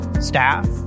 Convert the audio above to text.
staff